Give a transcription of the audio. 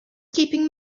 keeping